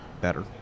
better